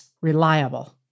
reliable